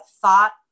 thought